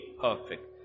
perfect